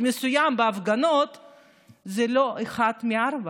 האחרונים בארץ יודע שזה סגר מדומה.